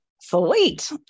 Sweet